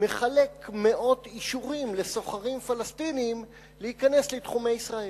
מחלק מאות אישורים לסוחרים פלסטינים להיכנס לתחומי ישראל.